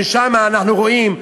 שם אנחנו רואים,